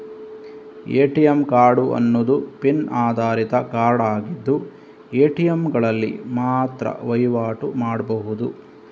ATM card ಅನ್ನುದು PIN ಆಧಾರಿತ card ಆಗಿದ್ದು ಎ.ಟಿ.ಎಂಗಳಲ್ಲಿ ಮಾತ್ರ ವೈವಾಟು ಮಾಡ್ಬಹುದು